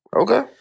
Okay